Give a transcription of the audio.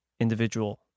individual